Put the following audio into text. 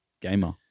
gamer